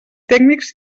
tècnics